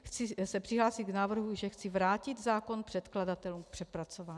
Chci se přihlásit k návrhu, že chci vrátit zákon předkladatelům k přepracování.